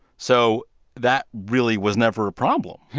so that really was never a problem,